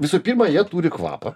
visų pirma jie turi kvapą